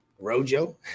Rojo